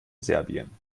serbien